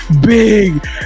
big